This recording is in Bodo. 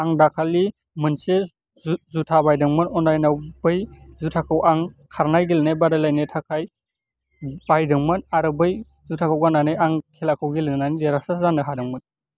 आं दाखालि मोनसे जुथा बायदोंमोन अनलाइनाव बै जुथाखौ आं खारनाय गेलेनाय बादायलायनो थाखाय बायदोंमोन आरो बै जुथाखौ गान्नानै आं खेलाखौ गेलेनानै आं देरहासाद जानो हादोंमोन